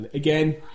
again